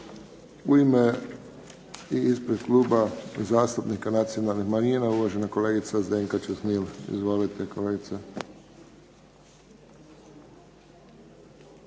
U ime i ispred Kluba zastupnika Nacionalnih manjina uvažena kolegica Zdenka Čuhnil. Izvolite kolegice.